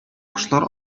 кошлар